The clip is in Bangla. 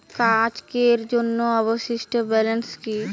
আজকের জন্য অবশিষ্ট ব্যালেন্স কি?